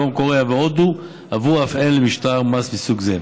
דרום קוריאה והודו עברו אף הן למשטר מס מסוג זה.